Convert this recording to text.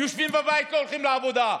יושבים בבית, לא הולכים לעבודה.